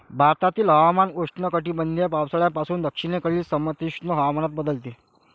भारतातील हवामान उष्णकटिबंधीय पावसाळ्यापासून दक्षिणेकडील समशीतोष्ण हवामानात बदलते